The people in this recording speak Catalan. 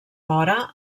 mora